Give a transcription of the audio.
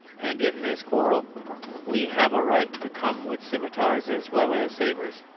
and in this quarrel we have a right to come with scimitars as well as sabres,